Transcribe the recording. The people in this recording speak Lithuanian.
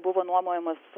buvo nuomojamas